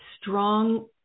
strong